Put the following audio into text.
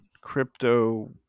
crypto